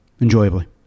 enjoyably